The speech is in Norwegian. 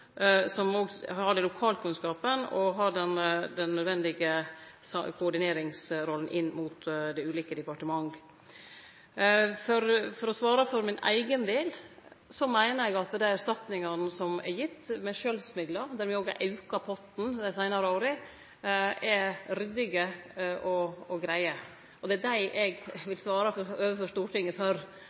nødvendige koordineringsrolla inn mot dei ulike departement. For å svare for min eigen del, meiner eg at dei erstatningane med skjønsmidlar som er gitt – der me òg har auka potten dei seinare åra – er ryddige og greie. Det er dei eg vil svare for overfor Stortinget,